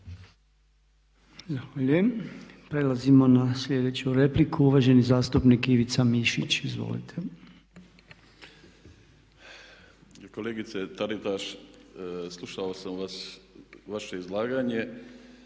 Zahvaljujem. Prelazimo na sljedeću repliku, uvaženi zastupnik Ivica Mišić. Izvolite. **Mišić, Ivica (MOST)** Kolegice Taritaš, slušao sam vas, vaše izlaganje